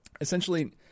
essentially